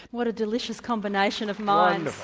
what a delicious combination of minds.